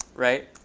right,